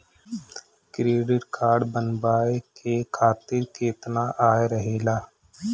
Credit card बनवाए के खातिर केतना आय रहेला?